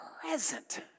present